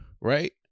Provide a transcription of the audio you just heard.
Right